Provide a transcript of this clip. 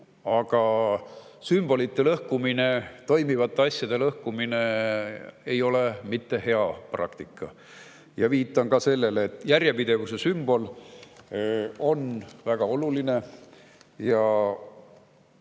Aga sümbolite lõhkumine, toimivate asjade lõhkumine ei ole mitte hea praktika. Ma viitan ka sellele, et järjepidevuse sümbol on väga oluline ja